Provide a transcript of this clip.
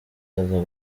aza